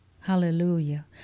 Hallelujah